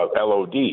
LOD